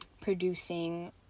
producing